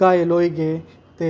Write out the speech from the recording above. घायल होई गे ते